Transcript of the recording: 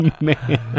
man